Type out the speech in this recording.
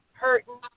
hurting